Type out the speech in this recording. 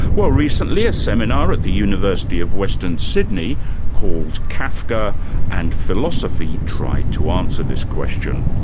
well recently a seminar at the university of western sydney called kafka and philosophy, tried to answer this question.